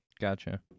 Gotcha